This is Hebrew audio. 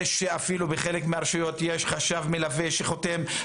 יש אפילו בחלק מהרשויות חשב מלווה שחותם.